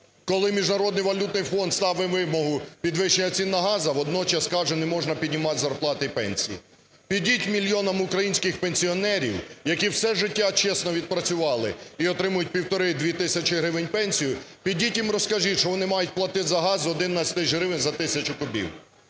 Коли Міжнародний валютний фонд ставить вимогу підвищення цін на газ, а водночас каже, не можна піднімати зарплати і пенсії? Підіть мільйонам українських пенсіонерів, які все життя чесно відпрацювали і отримують півтори-дві тисячі гривень пенсію, підіть, їм розкажіть, що вони мають платити за газ 11 тисяч гривень за тисячу кубів.